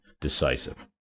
decisive